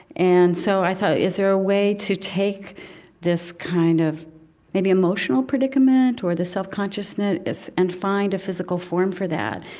and, so i thought, is there a way to take this kind of maybe emotional predicament or the self-consciousness and find a physical form for that?